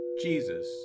Jesus